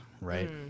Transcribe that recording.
right